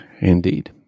Indeed